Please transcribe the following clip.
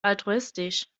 altruistisch